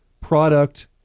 product